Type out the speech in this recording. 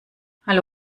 hallo